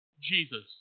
Jesus